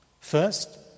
First